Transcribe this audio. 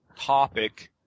topic